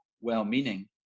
well-meaning